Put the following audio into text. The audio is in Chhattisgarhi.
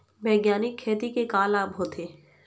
बैग्यानिक खेती के का लाभ होथे?